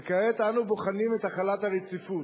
וכעת אנו בוחנים את החלת הרציפות.